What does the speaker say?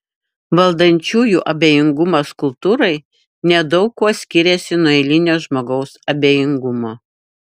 valdančiųjų abejingumas kultūrai nedaug kuo skiriasi nuo eilinio žmogaus abejingumo